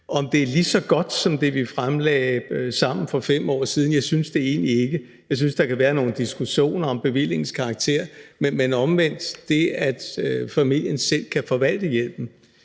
Er det lige så godt som det, vi fremsatte sammen for 5 år siden? Jeg synes det egentlig ikke. Jeg synes, der kan være nogen diskussion om bevillingens karakter. Men omvendt – det, at familien selv kan forvalte hjælpen,